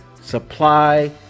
supply